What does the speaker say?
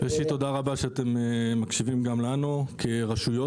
ראשית תודה רבה שאתם מקשיבים גם לנו כרשויות,